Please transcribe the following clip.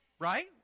Right